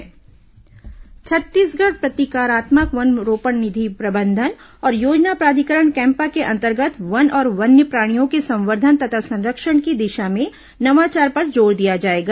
CAMPA कार्यशाला छत्तीसगढ़ प्रतिकारात्मक वन रोपण निधि प्रबंधन और योजना प्राधिकरण कैम्पा के अंतर्गत वन और वन्य प्राणियों के संवर्धन तथा संरक्षण की दिशा में नवाचार पर जोर दिया जाएगा